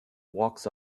walks